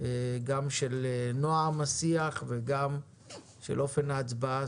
גם של נועם השיח וגם של אופן ההצבעה.